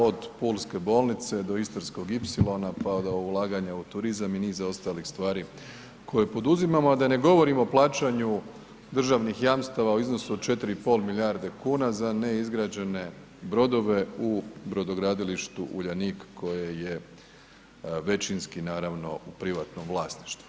Od pulske bolnice do Istarskog ipsilona pa do ulaganja u turizam i niza ostalih stvari koje poduzimamo a da ne govorim o plaćanju državnih jamstava u iznosu od 4,5 milijarde za izgrađene brodove u brodogradilištu Uljanik koje je većinski naravno u privatnom vlasništvu.